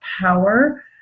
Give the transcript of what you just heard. power